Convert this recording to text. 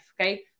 Okay